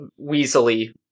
weaselly